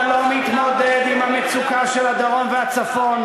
אתה לא מתמודד עם המצוקה של הדרום והצפון,